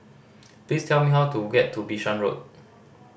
please tell me how to get to Bishan Road